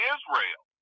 Israel